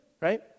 right